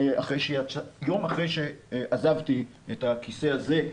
יום אחרי שעזבתי את הכיסא הזה,